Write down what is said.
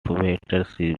watershed